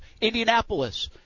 Indianapolis